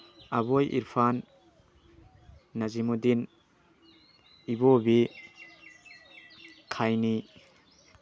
ꯑꯕꯣꯏ ꯏꯐꯥꯟ ꯅꯖꯤꯃꯨꯗꯤꯟ ꯏꯕꯣꯕꯤ ꯈꯥꯏꯅꯤ